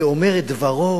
ואומר את דברו.